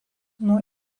nuo